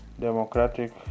democratic